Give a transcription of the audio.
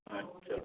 अच्छा